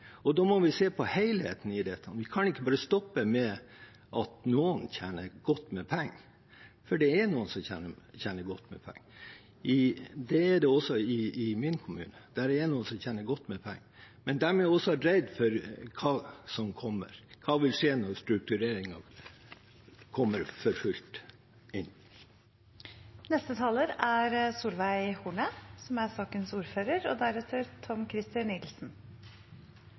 og da må vi se på helheten i dette. Vi kan ikke bare stoppe med at noen tjener godt med penger. Det er noen som tjener godt med penger, det er det også i min kommune. Det er noen som tjener godt med penger, men de er også redd for hva som kommer: Hva vil skje når struktureringen kommer inn for fullt? Jeg har lyst til å takke for en god debatt, men også komme med noen oppsummeringer. Jeg lurer av og